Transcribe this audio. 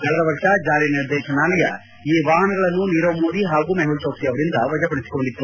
ಕಳೆದ ವರ್ಷ ಜಾರಿ ನಿರ್ದೇಶನಾಲಯ ಈ ವಾಹನಗಳನ್ನು ನೀರವ್ ಮೋದಿ ಹಾಗೂ ಮೆಹುಲ್ಚೌಕ್ಷಿ ಅವರಿಂದ ವಶಪಡಿಸಿಕೊಂಡಿತ್ತು